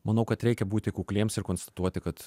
manau kad reikia būti kukliems ir konstatuoti kad